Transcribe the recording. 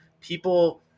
people